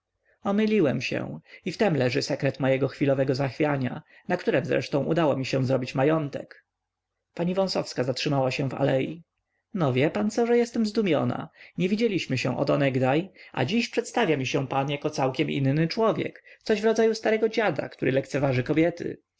omyliłem się i w tem leży sekret mego chwilowego zachwiania na którem zresztą udało mi się zrobić majątek pani wąsowska zatrzymała się w alei no wie pan co że jestem zdumiona nie widzieliśmy się od onegdaj a dziś przedstawia mi się pan jako całkiem inny człowiek coś w rodzaju starego dziada który lekceważy kobiety